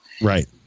Right